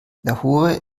lahore